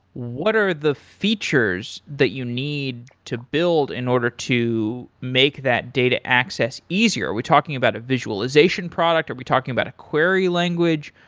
what are the features that you need to build in order to make that data access easier? are we talking about a visualization product? are we talking about query language?